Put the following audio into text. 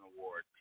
award